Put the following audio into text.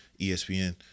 ESPN